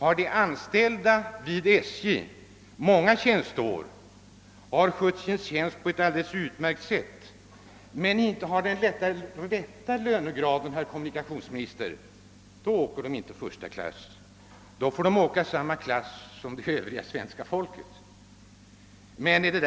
Om en anställd vid SJ har många tjänsteår och har skött sin tjänst på ett utmärkt sätt men inte är placerad i den rätta lönegraden, så får han inte resa första klass, herr komunikationsminister. Då hänvisas han till samma klass där svenska folket i övrigt reser.